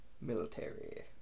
military